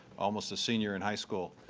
almost a senior in high school,